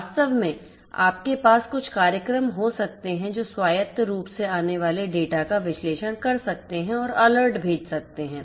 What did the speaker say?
वास्तव में आपके पास कुछ कार्यक्रम हो सकते हैं जो स्वायत्त रूप से आने वाले डेटा का विश्लेषण कर सकते हैं और अलर्ट भेज सकते हैं